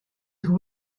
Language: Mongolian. төв